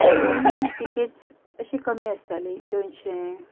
तितून तिकेट्स अशी कमी आसताली दोनशे